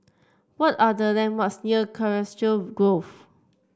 what are the landmarks near Colchester Grove